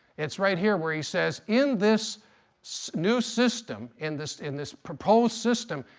it's right here where he says, in this so new system, in this in this proposed system,